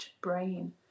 brain